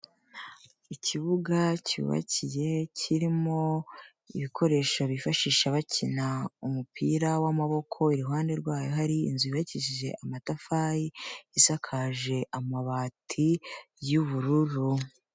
Ikibuga cyubakiye, kirimo ibikoresho bifashisha bakina umupira w'amaboko, iruhande rwayo hari inzu yubakishije amatafari, isakaje amabati y'ubururu.